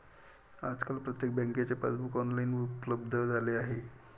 आजकाल प्रत्येक बँकेचे पासबुक ऑनलाइन उपलब्ध झाले आहे